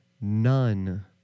none